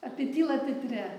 apie tylą teatre